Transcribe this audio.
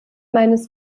meines